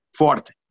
forte